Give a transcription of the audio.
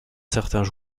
certains